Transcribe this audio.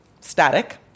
static